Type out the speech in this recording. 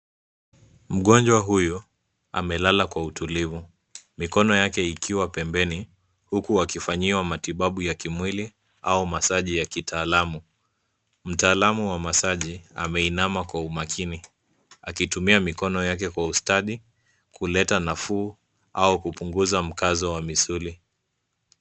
Mgonjwa huyu amelala kwa utulivu, mikono yake ikiwa pembeni huku akifanyiwa matibabu ya kimwili au masaji ya kitaalamu. Mtaalamu wa masaji ameinama kwa umakini akitumia mikono yake kwa ustadi kuleta nafuu au kupunguza mkazo wa misuli.